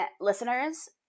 listeners